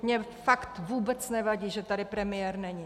Mně fakt vůbec nevadí, že tady premiér není.